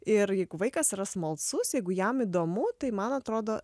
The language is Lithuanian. ir jeigu vaikas yra smalsus jeigu jam įdomu tai man atrodo